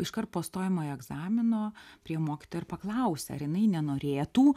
iškart po stojamojo egzamino priėjo mokytoja ir paklausė ar jinai nenorėtų